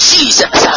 Jesus